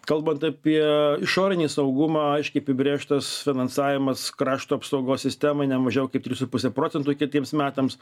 kalbant apie išorinį saugumą aiškiai apibrėžtas finansavimas krašto apsaugos sistemai ne mažiau kaip trys su puse procentų kitiems metams